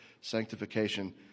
sanctification